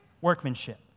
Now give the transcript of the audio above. workmanship